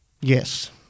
Yes